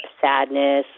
sadness